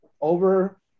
over